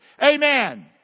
Amen